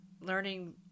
learning